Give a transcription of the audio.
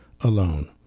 alone